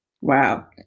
wow